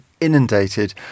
inundated